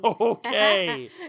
Okay